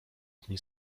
dni